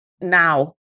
now